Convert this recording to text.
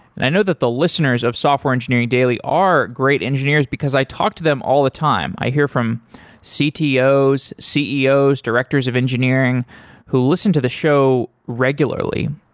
and i know that the listeners of software engineering daily are great engineers because i talk to them all the time. i hear from ctos, ceos, directors of engineering who listen to the show regularly.